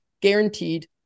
guaranteed